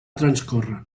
transcórrer